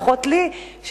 לפחות לי,